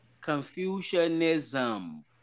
Confucianism